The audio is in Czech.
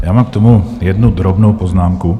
Mám k tomu jednu drobnou poznámku.